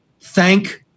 thank